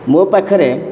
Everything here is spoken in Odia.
ମୋ ପାଖରେ